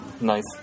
nice